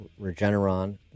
Regeneron